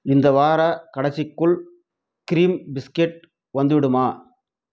இந்த வாரக் கடைசிக்குள் க்ரீம் பிஸ்கெட் வந்துவிடுமா